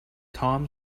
tom